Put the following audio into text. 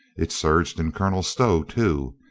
it surged in colonel stow, too.